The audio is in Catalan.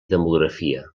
demografia